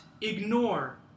ignore